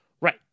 right